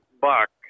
buck